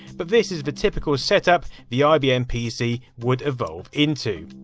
but this is the typical setup the ibm pc would evolve into.